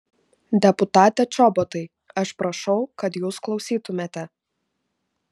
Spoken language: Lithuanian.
deputate čobotai aš prašau kad jūs klausytumėte